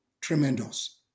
tremendous